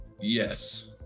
Yes